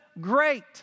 great